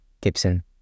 Gibson